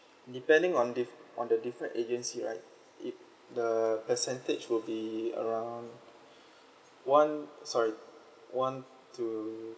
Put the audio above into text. depending on dif~ on the different agency right it the percentage would be around one sorry one to